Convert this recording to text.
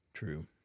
True